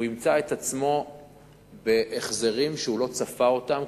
ימצא את עצמו בהחזרים שהוא לא צפה אותם,